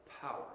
power